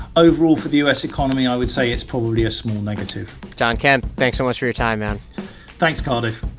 overall, for the u s. economy, i would say it's probably a small negative john kemp, thanks so much for your time, man thanks, cardiff